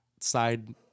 side